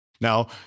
Now